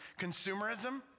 consumerism